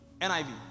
NIV